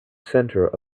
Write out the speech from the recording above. centre